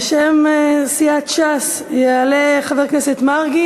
בשם סיעת ש"ס יעלה חבר הכנסת מרגי.